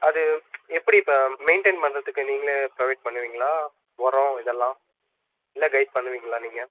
அது எப்படி இப்போ மெயிண்டைன் பண்ணுறதுக்கு நீங்களே ப்ரொவைட் பண்ணுவீங்களா உரோம் இதெல்லாம் இல்லை கைட் பண்ணுவீங்களா நீங்கள்